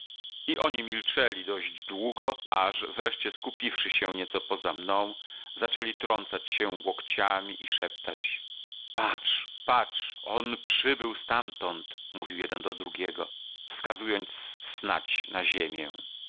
i oni milczeli dość długo aż wreszcie skupiwszy się nieco poza mną zaczęli trącać się łokciami i szeptać patrz patrz on przybył stamtąd mówił jeden do drugiego wskazując snadź na ziemię